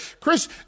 Chris